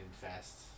Fast